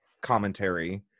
commentary